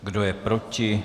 Kdo je proti?